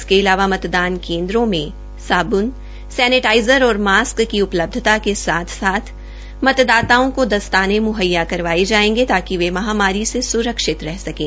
इसके अलावा मतदान केन्द्रों में साब्न सैनेटाइजर मास्क की उपलब्धतता के साथ साथ मतदाताओं को दस्तानें मुहैया करवाएं जाएंगें ताकि वे महामारी से सुरक्षित रह सकें